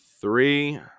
Three